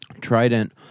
Trident